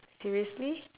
seriously